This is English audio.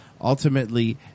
Ultimately